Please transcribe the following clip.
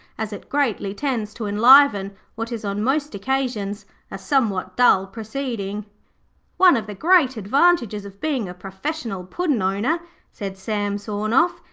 as it greatly tends to enliven what is on most occasions a somewhat dull proceeding one of the great advantages of being a professional puddin'-owner said sam sawnoff,